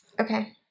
Okay